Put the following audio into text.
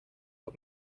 are